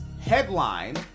headline